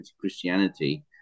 Christianity